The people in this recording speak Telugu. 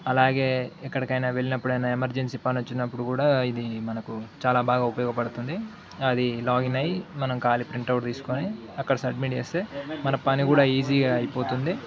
అలాగే ఎక్కడికైనా వెళ్ళినప్పుడైనా ఎమర్జెన్సీ పని వచ్చినప్పుడు కూడా ఇది మనకు చాలా బాగా ఉపయోగపడుతుంది అది లాగిన్ అయి మనం ఖాలి ప్రింట్ అవుట్ తీసుకుని అక్కడ సబ్మిట్ చేస్తే మన పని కూడా ఈజీగా అయిపోతుంది